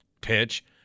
pitch